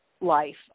life